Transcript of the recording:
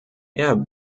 herr